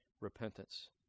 repentance